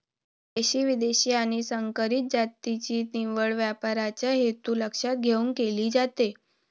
देशी, विदेशी आणि संकरित जातीची निवड व्यापाराचा हेतू लक्षात घेऊन केली जाते